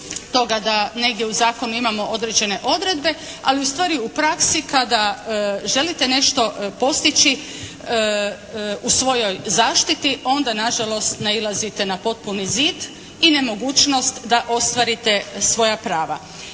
da negdje u zakonu imamo određene odredbe, ali ustvari u praksi kada želite nešto postići u svojoj zaštiti, onda nažalost nailazite na potpuni zid i nemogućnost da ostvarite svoja prava.